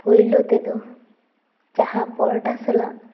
ᱯᱳᱭᱞᱳ ᱛᱮᱫᱚ ᱡᱟᱦᱟᱸ ᱯᱚᱨᱚᱴᱟ ᱥᱟᱞᱟᱜ